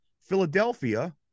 Philadelphia